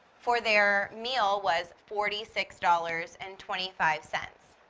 for their meal was forty six dollars and twenty-five cents.